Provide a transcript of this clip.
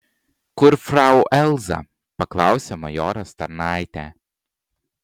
kur frau elza paklausė majoras tarnaitę